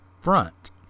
Front